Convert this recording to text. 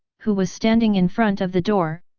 who was standing in front of the door,